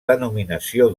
denominació